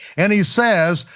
and he says,